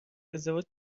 ازدواج